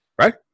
right